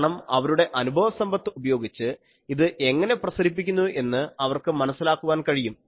കാരണം അവരുടെ അനുഭവസമ്പത്ത് ഉപയോഗിച്ച് ഇത് എങ്ങനെ പ്രസരിപ്പിക്കുന്നു എന്ന് അവർക്ക് മനസ്സിലാക്കുവാൻ കഴിയും